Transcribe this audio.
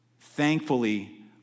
Thankfully